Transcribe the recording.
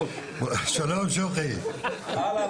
שמבקשות תקציבים.